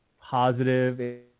positive